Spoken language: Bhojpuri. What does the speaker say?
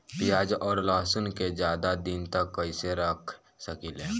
प्याज और लहसुन के ज्यादा दिन तक कइसे रख सकिले?